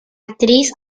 actriz